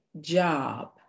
job